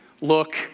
look